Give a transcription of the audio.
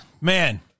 Man